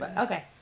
Okay